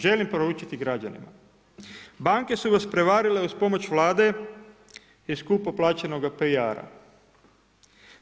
Želim poručiti građanima, banke su vas prevarile uz pomoć Vlade i skupo plaćenoga PR-a.